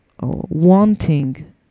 wanting